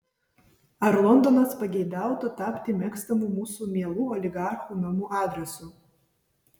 ar londonas pageidautų tapti mėgstamu mūsų mielų oligarchų namų adresu